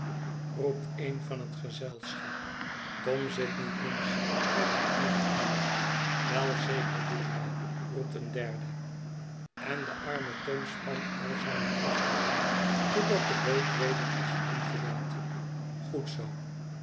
roept pleizierbooten een van het gezelschap tom zitniet links merkt een ander aan wei zeker doet hij roept een derde en de arme tom spant al zijne krachten in totdat de boot weder is omgewend goed zoo